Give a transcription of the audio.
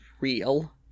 real